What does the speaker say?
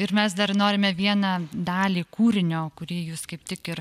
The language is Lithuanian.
ir mes dar norime vieną dalį kūrinio kurį jūs kaip tik ir